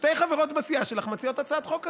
שתי חברות בסיעה שלך מציעות הצעת חוק כזאת.